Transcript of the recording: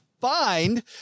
find